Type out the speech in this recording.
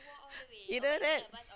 either that